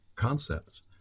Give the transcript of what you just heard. concepts